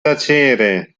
tacere